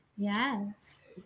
Yes